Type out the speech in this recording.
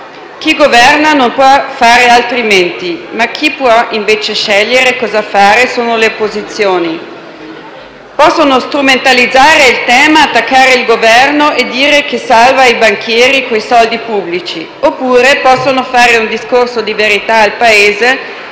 Chi governa non può fare altrimenti, ma chi può invece scegliere cosa fare sono le opposizioni. Possono strumentalizzare il tema, attaccare il Governo e dire che salva i banchieri con i soldi pubblici; oppure possono fare un discorso di verità al Paese,